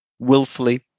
Willfully